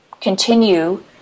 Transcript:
continue